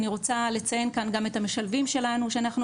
אני רוצה לציין כאן גם את המשלבים שלנו שאנחנו